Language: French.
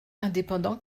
indépendant